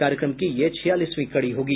कार्यक्रम की यह छियालीसवीं कड़ी होगी